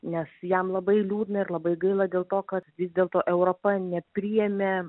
nes jam labai liūdna ir labai gaila dėl to kad vis dėlto europa nepriėmė